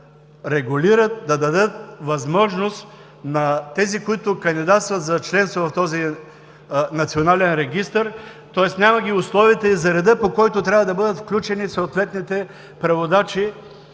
да регулират, да дадат възможност на тези, които кандидатстват за членство в този Национален регистър, тоест няма ги условията и редът, по който трябва да бъдат включени съответните преводачи